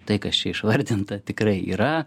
tai kas čia išvardinta tikrai yra